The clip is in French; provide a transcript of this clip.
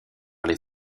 les